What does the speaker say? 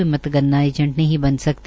वें मतदान एजेंट नहीं बन सकते